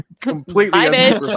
Completely